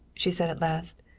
she said at last,